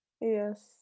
yes